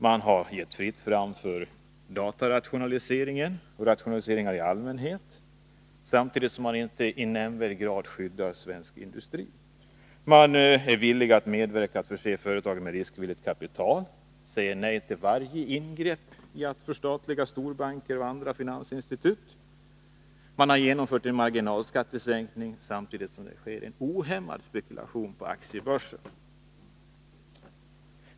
Det har varit fritt fram för datarationaliseringar och rationaliseringar i allmänhet samtidigt som man inte i nämnvärd grad skyddar svensk industri. Regeringen är villig att medverka till att förse företagen med riskvilligt kapital och säger nej till varje ingrepp såsom förstatligande av storbanker och andra finansinstitut. Man har genomfört en marginalskattesänkning samtidigt som det sker en ohämmad spekulation på aktiebörsen.